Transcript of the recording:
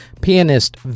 Pianist